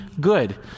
good